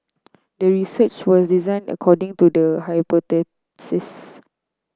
the research was designed according to the